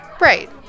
Right